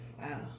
Wow